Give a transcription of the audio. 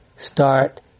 Start